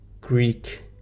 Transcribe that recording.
Greek